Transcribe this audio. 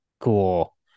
cool